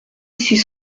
six